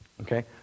Okay